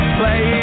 play